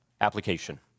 application